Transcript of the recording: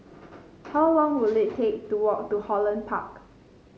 how long will it take to walk to Holland Park